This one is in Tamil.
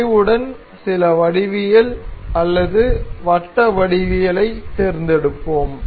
வளைவுடன் சில வடிவியல் அல்லது வட்ட வடிவியலைத் தேர்ந்தெடுப்போம்